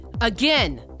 again